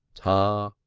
tar,